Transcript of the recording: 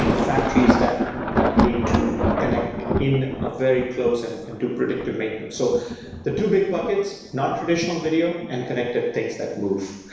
you know factories that that need to connect in a very close and and do predictive maintenance. so the two big buckets, nontraditional video and connected things that move